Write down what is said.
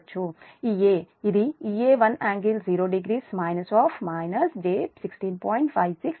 Ea ఇది Ea 1∟00 - j 16